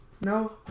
No